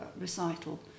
recital